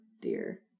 dear